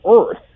earth